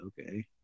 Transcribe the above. okay